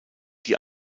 die